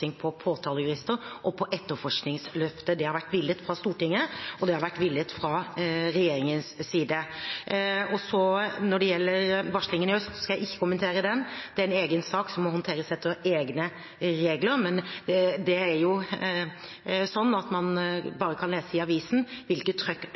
på påtalejurister og på etterforskningsløftet. Det har vært villet fra Stortinget, og det har vært villet fra regjeringens side. Når det gjelder varslingen i Øst politidistrikt, så skal jeg ikke kommentere den, for det er en egen sak som må håndteres etter egne regler. Men det er slik at man bare kan lese i avisen hvilket trykk